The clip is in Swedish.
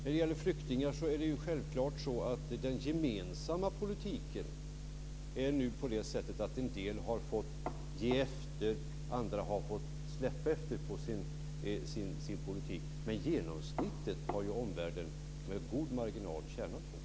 När det gäller flyktingar och den gemensamma politiken är det självklart nu på det sättet att en del har fått ge efter på sin politik. Men omvärlden har ju med god marginal tjänat på genomsnittet.